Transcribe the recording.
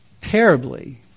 terribly